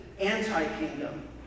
anti-kingdom